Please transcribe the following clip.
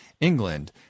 England